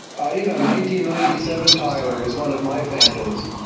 ah you know ninety ninety seven. tyler is one of my phantoms,